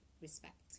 respect